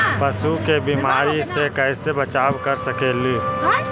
पशु के बीमारी से कैसे बचाब कर सेकेली?